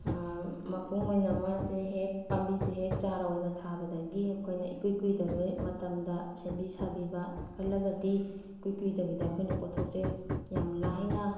ꯃꯄꯨꯡ ꯑꯣꯏꯅ ꯃꯥꯁꯦ ꯍꯦꯛ ꯄꯥꯝꯕꯤꯁꯦ ꯍꯦꯛ ꯆꯥꯔ ꯑꯣꯏꯅ ꯊꯥꯕꯗꯒꯤ ꯑꯩꯈꯣꯏꯅ ꯏꯀꯨꯏ ꯀꯨꯏꯗꯕꯤ ꯃꯇꯝꯗ ꯁꯦꯝꯕꯤ ꯁꯥꯕꯤꯕ ꯀꯜꯂꯒꯗꯤ ꯏꯀꯨꯏ ꯀꯨꯏꯗꯕꯤꯗ ꯑꯩꯈꯣꯏꯅ ꯄꯣꯠꯊꯣꯛꯁꯦ ꯌꯥꯝ ꯂꯥꯏꯅ